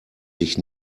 sich